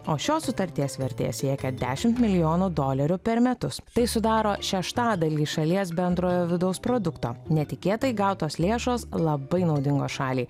o šios sutarties vertė siekia dešim milijonų dolerių per metus tai sudaro šeštadalį šalies bendrojo vidaus produkto netikėtai gautos lėšos labai naudingos šaliai